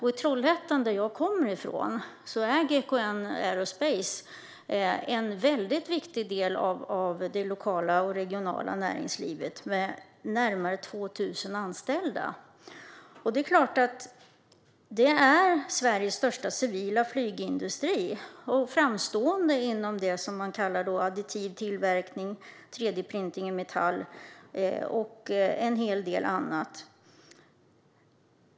I Trollhättan, som jag kommer ifrån, är GKN Aerospace en väldigt viktig del av det lokala och regionala näringslivet, med närmare 2 000 anställda. Det är Sveriges största civila flygindustri och framstående inom det som man kallar additiv tillverkning, 3D-printing i metall, och en hel del annat.